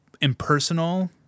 impersonal